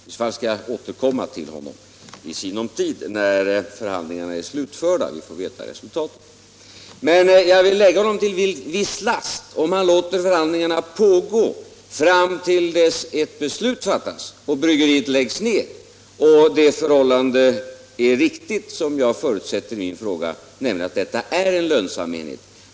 I så fall skall jag återkomma i sinom tid, när förhandlingarna har slutförts och vi får veta resultatet. Men jag vill lägga honom till viss last om han låter förhandlingarna pågå fram till dess att ett beslut har fattats och bryggeriet läggs ned och det förhållandet är riktigt som jag förutsatt i min fråga, nämligen att detta är en lönsam enhet.